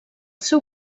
seu